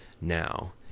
now